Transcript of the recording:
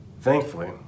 Thankfully